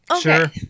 Sure